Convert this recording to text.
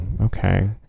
okay